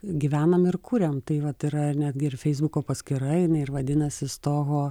gyvenam ir kuriam tai vat yra ir net gi feisbuko paskyra jinai ir vadinasi stoho